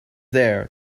there